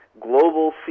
Global